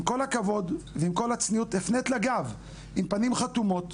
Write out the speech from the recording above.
עם כל הכבוד, הפנית לה גב, עם פנים חתומות,